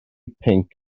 pinc